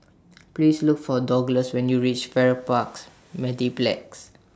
Please Look For Douglas when YOU REACH Farrer Parks Mediplex